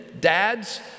dads